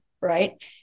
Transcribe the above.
right